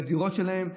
לדירות שלהם,